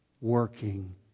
working